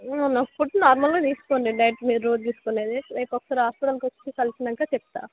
food నార్మల్గా తీసుకోండి night మీరు రోజు తీసుకునేది రేపు ఒకసారి హాస్పిటల్కి వచ్చి కలిసినాక చెప్తాను